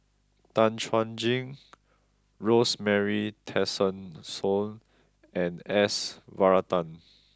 Tan Chuan Jin Rosemary Tessensohn and S Varathan